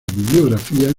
bibliografía